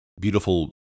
beautiful